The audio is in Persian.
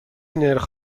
نرخ